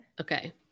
Okay